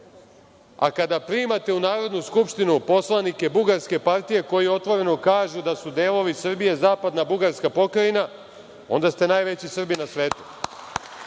a kada primate u Narodnu skupštinu poslanike bugarske partije koji otvoreno kažu da su delovi Srbije zapadna bugarska pokrajina, onda ste najveći Srbi na svetu. LJudi,